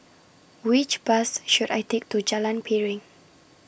Which Bus should I Take to Jalan Piring